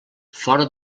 fora